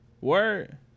Word